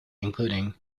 including